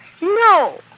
No